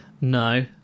No